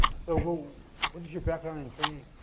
so what is your background and training?